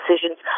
decisions